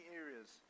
areas